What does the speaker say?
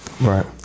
Right